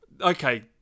Okay